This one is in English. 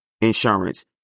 insurance